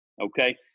okay